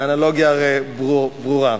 האנלוגיה הרי ברורה: